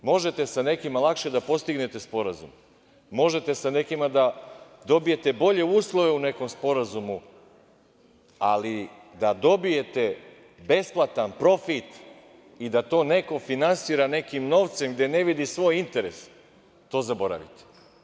Možete sa nekima lakše da postignete sporazum, možete sa nekima da dobijete bolje uslove u nekom sporazumu, ali da dobijete besplatan profit i da to neko finansira nekim novcem gde ne vidi svoj interes, to zaboravite.